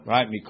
Right